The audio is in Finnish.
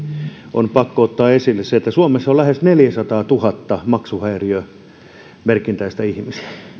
on pakko ottaa esille se että suomessa on lähes neljäsataatuhatta maksuhäiriömerkintäistä ihmistä